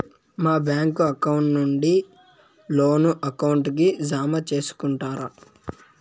మా bank account నుండి loan account కి జామ సేసుకుంటారా?